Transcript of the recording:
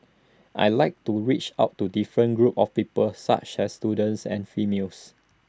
I'd like to reach out to different groups of people such as students and females